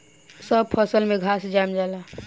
सब फसल में घास जाम जाला